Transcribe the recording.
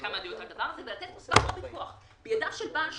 לתת כוח לידיו של בעל שליטה,